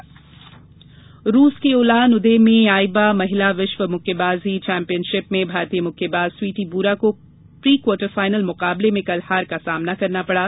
मुक्केबाजी रूस के उलान उदे में आईबा महिला विश्व मुक्केबाजी चैम्पियनशिप में भारतीय मुक्केबाज स्वीटी बूरा को प्री क्वार्टर फाइनल मुकाबले में कल हार का सामना करना पड़ा